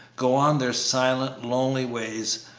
go on their silent, lonely ways,